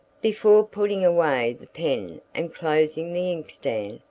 before putting away the pen and closing the inkstand,